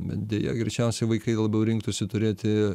bet deja greičiausiai vaikai labiau rinktųsi turėti